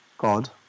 God